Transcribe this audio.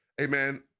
amen